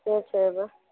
ठीक छै ओना